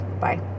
Bye